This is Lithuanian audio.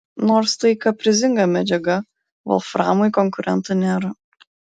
nors tai kaprizinga medžiaga volframui konkurentų nėra